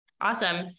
Awesome